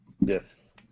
Yes